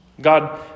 God